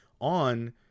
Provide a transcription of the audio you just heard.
on